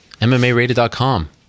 MMARated.com